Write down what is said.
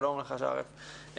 שלום לך, שרף חסאן.